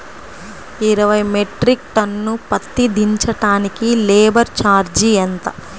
ఇరవై metric tonne పత్తి దించటానికి లేబర్ ఛార్జీ ఎంత?